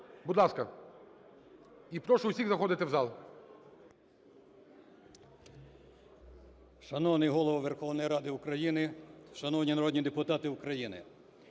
Будь ласка. І прошу усіх заходити в зал.